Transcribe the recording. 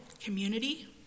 community